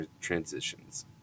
transitions